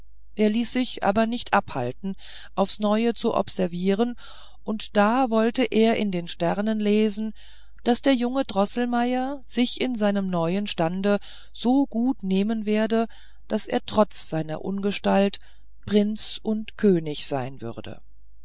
er ließ sich aber nicht abhalten aufs neue zu observieren und da wollte er in den sternen lesen daß der junge droßelmeier sich in seinem neuen stande so gut nehmen werde daß er trotz seiner ungestalt prinz und könig werden würde